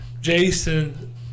Jason